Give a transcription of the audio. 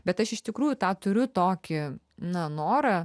bet aš iš tikrųjų tą turiu tokį na norą